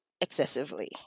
excessively